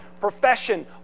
profession